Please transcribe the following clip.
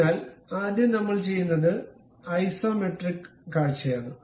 അതിനാൽ ആദ്യം നമ്മൾ ചെയ്യുന്നത് ഐസോമെട്രിക് കാഴ്ചയാണ്